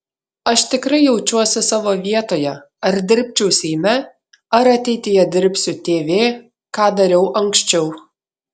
aš tikrai jaučiuosi savo vietoje ar dirbčiau seime ar ateityje dirbsiu tv ką dariau anksčiau